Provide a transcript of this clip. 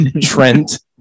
Trent